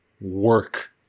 work